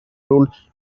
ruled